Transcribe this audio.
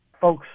folks